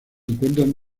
encuentran